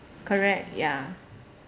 correct ya